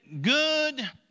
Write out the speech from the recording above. good